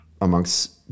amongst